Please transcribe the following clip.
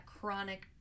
chronic